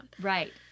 Right